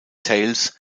thales